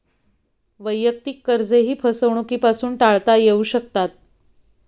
वैयक्तिक कर्जेही फसवणुकीपासून टाळता येऊ शकतात